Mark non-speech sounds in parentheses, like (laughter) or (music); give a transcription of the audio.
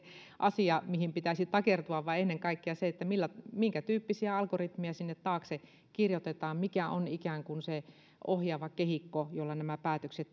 asia mihin pitäisi takertua vaan ennen kaikkea se minkätyyppisiä algoritmeja sinne taakse kirjoitetaan mikä on ikään kuin se ohjaava kehikko jolla nämä päätökset (unintelligible)